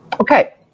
Okay